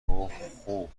گفتخوب